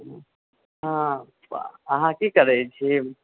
हँ अहाँ की करै छी